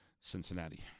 Cincinnati